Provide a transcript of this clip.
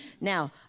Now